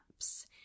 apps